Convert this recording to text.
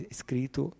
scritto